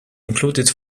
included